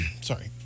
Sorry